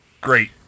Great